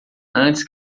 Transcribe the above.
antes